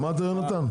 שמעת, יונתן?